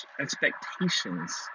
expectations